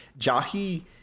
Jahi